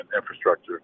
infrastructure